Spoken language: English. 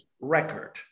record